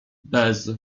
bez